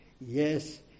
Yes